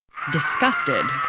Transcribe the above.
disgusted,